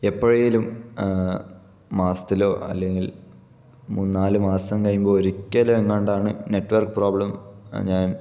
എപ്പഴേലും മാസത്തിലോ അല്ലെങ്കിൽ മൂന്ന് നാല് മാസം കഴിയുമ്പോൾ ഒരിക്കൽ എങ്ങാണ്ടാണ് നെറ്റ് വർക്ക് പ്രോബ്ലം ഞാൻ